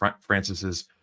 Francis's